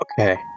Okay